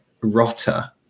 rotter